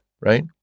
right